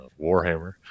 Warhammer